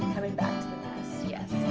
coming back to the nest. yes.